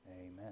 amen